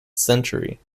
century